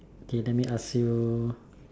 K let me ask you